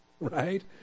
right